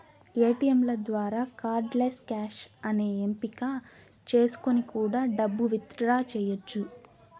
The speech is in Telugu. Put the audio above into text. ఏటీయంల ద్వారా కార్డ్ లెస్ క్యాష్ అనే ఎంపిక చేసుకొని కూడా డబ్బు విత్ డ్రా చెయ్యచ్చు